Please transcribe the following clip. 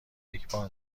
یکبار